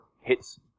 hits